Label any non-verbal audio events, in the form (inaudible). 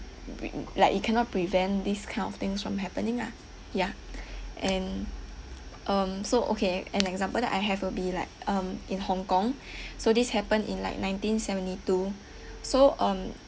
bri~ like it cannot prevent these kind of things from happening ah ya and um so okay an example that I have will be like um in hong kong (breath) so this happened in like nineteen seventy two so um